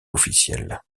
officielle